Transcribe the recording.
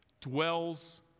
dwells